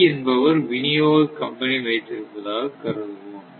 C என்பவர் விநியோக company வைத்திருப்பதாக கருதுவோம்